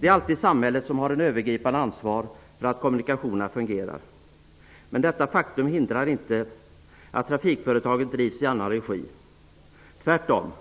Det är alltid samhället som har ett övergripande ansvar för att kommunikationerna fungerar. Men detta faktum hindrar inte att trafikföretagen drivs i annan regi, tvärtom.